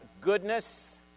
goodness